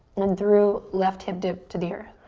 then through left hip dip to the earth.